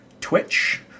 Twitch